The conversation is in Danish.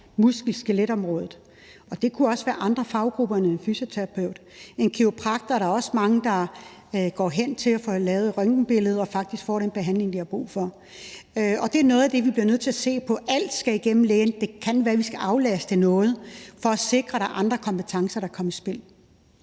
muskel- og skeletområdet. Det kunne også gælde andre faggrupper end fysioterapeuter – der er også mange, der går til en kiropraktor og får lavet røntgenbilleder og faktisk får den behandling, de har brug for. Det er noget af det, vi bliver nødt til at se på, altså om alt skal igennem lægen. Det kan være, at vi skal aflaste på nogle områder for at sikre, at andre kompetencer kan komme i spil.